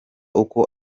uko